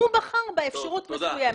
הוא בחר באפשרות מסוימת.